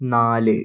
നാല്